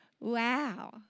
Wow